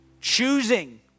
choosing